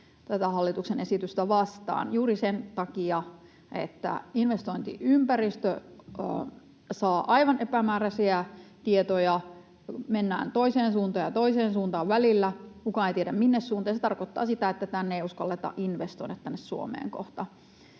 hallituksen esitystä vastaan juuri sen takia, että investointiympäristö saa aivan epämääräisiä tietoja, mennään toiseen suuntaan ja toiseen suuntaan välillä, kukaan ei tiedä, minne suuntaan, ja se tarkoittaa sitä, että tänne Suomeen ei uskalleta investoida kohta.